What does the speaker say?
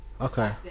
Okay